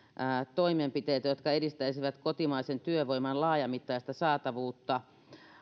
toimenpiteitä jotka edistäisivät kotimaisen työvoiman laajamittaista saatavuutta